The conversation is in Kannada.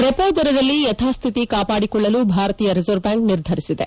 ರೆಪೋ ದರದಲ್ಲಿ ಯಥಾಸ್ಥಿತಿ ಕಾಪಾಡಿಕೊಳ್ಳಲು ಭಾರತೀಯ ರಿಸರ್ವ್ ಬ್ಯಾಂಕ್ ನಿರ್ಧರಿಸಿದೆ